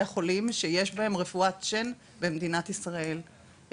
החולים שיש בהם רפואת שן במדינת ישראל.